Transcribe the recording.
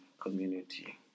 community